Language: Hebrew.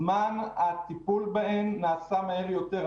זמן הטיפול בהן נעשה מהר יותר.